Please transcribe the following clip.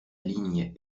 ligne